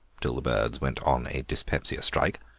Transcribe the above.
till the birds went on a dyspepsia-strike,